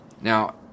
Now